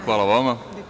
Hvala vama.